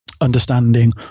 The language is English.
understanding